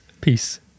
peace